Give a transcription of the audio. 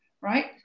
right